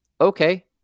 Okay